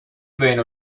بین